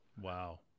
wow